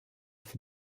fut